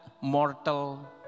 mortal